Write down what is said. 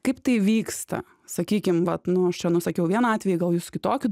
kaip tai vyksta sakykim vat nu aš čia nusakiau vieną atvejį gal jūs kitokių